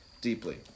deeply